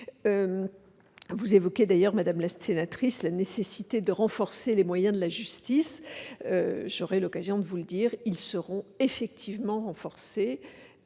Vous évoquez en outre, madame Gatel, la nécessité de renforcer les moyens de la justice. J'aurai l'occasion d'y revenir, ils seront effectivement renforcés,